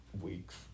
weeks